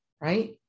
Right